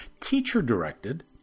teacher-directed